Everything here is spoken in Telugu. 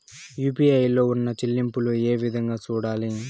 యు.పి.ఐ లో ఉన్న చెల్లింపులు ఏ విధంగా సూడాలి